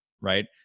right